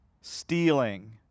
stealing